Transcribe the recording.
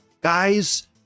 guys